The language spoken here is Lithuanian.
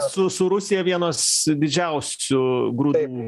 su su rusija vienos didžiausių grūdų